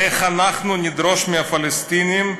איך אנחנו נדרוש מהפלסטינים,